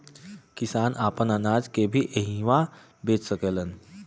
किसान आपन अनाज के भी इहवां बेच सकेलन